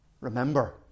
Remember